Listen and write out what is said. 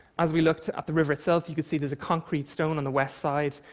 as we looked at the river itself, you could see there's a concrete stone on the west side.